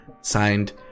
Signed